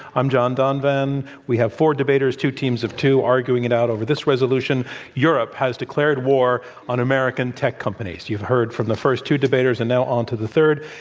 i'm john donvan. we have four debaters two teams of two arguing it out over this resolution europe has declared war on american tech companies. you've heard from the first two debaters, and now onto the third.